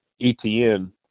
Etn